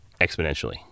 exponentially